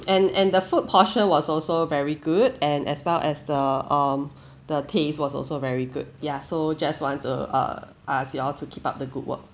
and and the food portion was also very good and as well as the um the taste was also very good yeah so just want to uh ask you all to keep up the good work